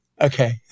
Okay